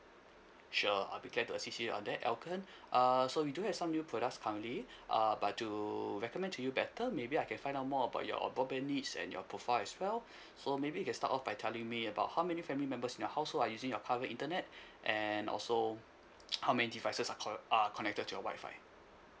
sure I'll be glad to assist you on that elkon err so we do have some new products currently uh but to recommend to you better maybe I can find out more about your broadband needs and your profile as well so maybe you can start off by telling me about how many family members in your household are using your current internet and also how many devices are co~ uh connected to your wi-fi